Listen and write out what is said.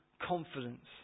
confidence